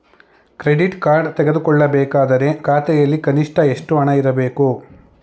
Credit card ತೆಗೆದುಕೊಳ್ಳಬೇಕಾದರೆ ಖಾತೆಯಲ್ಲಿ ಕನಿಷ್ಠ ಎಷ್ಟು ಹಣ ಇರಬೇಕು?